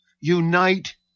Unite